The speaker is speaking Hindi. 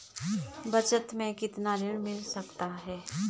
बचत मैं कितना ऋण मिल सकता है?